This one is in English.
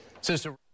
Sister